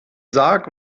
sarg